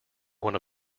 one